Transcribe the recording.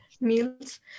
meals